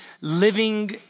living